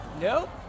Nope